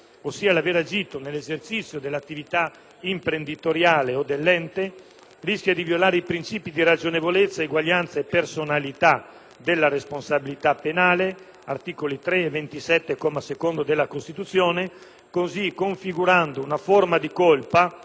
ossia l'aver agito nell'esercizio dell'attività imprenditoriale o dell'ente, rischia di violare i principi di ragionevolezza, eguaglianza e personalità della responsabilità penale (articoli 3 e 27, comma secondo, della Costituzione), configurando così una forma di colpa